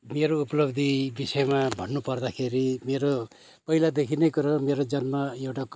मेरो उपलब्धी विषयमा भन्नु पर्दाखेरि मेरो पहिलादेखि नैको र मेरो जन्म एउटा